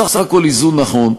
בסך הכול איזון נכון.